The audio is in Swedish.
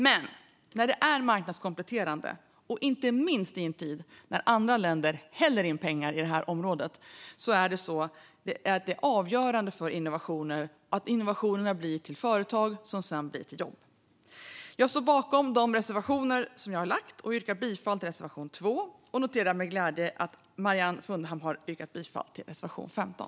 Men när det är fråga om något marknadskompletterande, inte minst i en tid när andra länder häller in pengar på området, är det avgörande för innovationer att de blir till företag som sedan blir till jobb. Jag står bakom mina reservationer, och jag yrkar bifall till reservation 2. Och jag noterar med glädje att Marianne Fundahn har yrkat bifall till reservation 15.